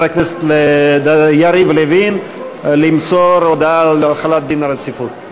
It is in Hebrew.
הכנסת יריב לוין למסור הודעה על החלת דין רציפות.